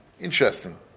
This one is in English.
Interesting